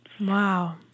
Wow